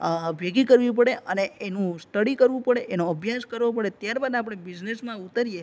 ભેગી કરવી પડે અને એનું સ્ટડી કરવું પડે એનો અભ્યાસ કરવો પડે ત્યારબાદ આપણે બિઝનેસમાં ઊતરીએ